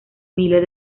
miller